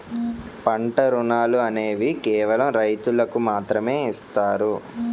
పంట రుణాలు అనేవి కేవలం రైతులకు మాత్రమే ఇస్తారు